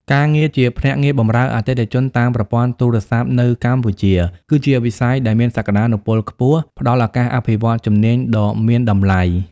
ការងារជាភ្នាក់ងារបម្រើអតិថិជនតាមប្រព័ន្ធទូរស័ព្ទនៅកម្ពុជា គឺជាវិស័យដែលមានសក្ដានុពលខ្ពស់ ផ្ដល់ឱកាសអភិវឌ្ឍន៍ជំនាញដ៏មានតម្លៃ។